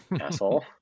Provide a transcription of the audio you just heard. asshole